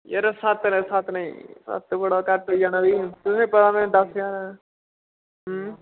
यरो सत्त दा सत्त नेईं सत्त बड़ा घट्ट होई जाना फ्ही तुसें पता मैं दस ज्हार